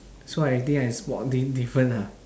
so I think I spot this different ah